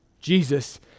Jesus